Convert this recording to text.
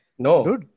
No